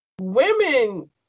Women